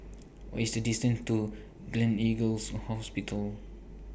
What IS The distance to Gleneagles Hospital